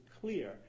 clear